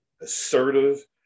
assertive